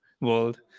world